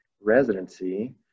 residency